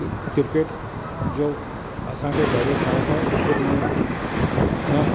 cricket जो असांखे ॾाढो शौक़ु आहे क्रिकेट में मां